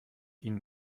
ihnen